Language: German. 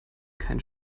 keinen